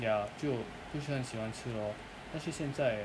ya 就就不是很喜欢吃 lor 但是现在